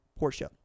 Porsche